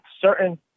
certain